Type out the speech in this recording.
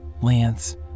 lance